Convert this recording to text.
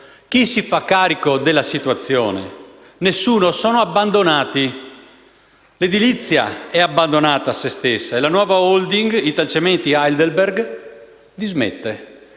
Chi si fa carico della situazione? Nessuno, sono abbandonati. L'edilizia è abbandonata a se stessa e la nuova Holding Italcementi Heidelberg dismette.